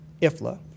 IFLA